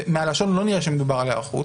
ומהלשון לא נראה שמדובר על היערכות